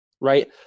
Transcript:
right